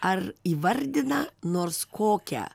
ar įvardina nors kokią